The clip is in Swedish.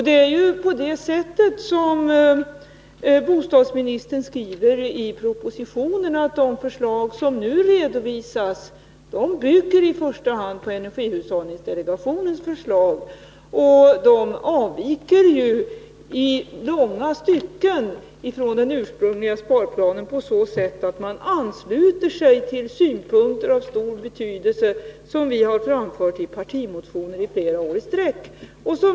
Det är så, som bostadsministern skriver i propositionen, att de förslag som nu redovisas bygger i första hand på energihushållningsdelegationens förslag. Och de avviker ju i långa stycken från den ursprungliga sparplanen, på så sätt att man där ansluter sig till synpunkter av stor betydelse som vi har framfört i partimotioner i flera år i sträck.